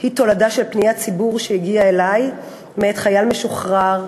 היא תולדה של פניית ציבור שהגיעה אלי מחייל משוחרר,